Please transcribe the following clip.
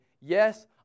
Yes